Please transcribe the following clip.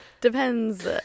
Depends